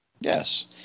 Yes